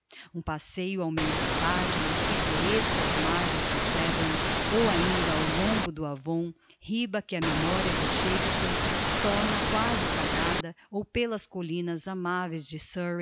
um passeio ao meio da tarde nas pittorescas margens do severn ou ainda ao longo do avon riba que a memoria de shakspeare torna quasi sagrada ou pelas collinas amaveis de surrey